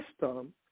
system